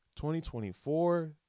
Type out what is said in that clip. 2024